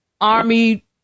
army